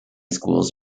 schools